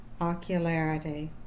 ocularity